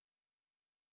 hello